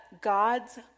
God's